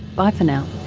bye for now